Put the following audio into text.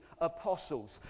apostles